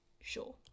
Sure